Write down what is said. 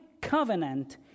covenant